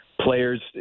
players